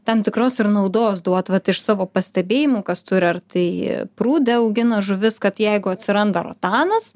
tam tikros ir naudos duot vat iš savo pastebėjimų kas turi ar tai prūde augina žuvis kad jeigu atsiranda rotanas